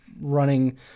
running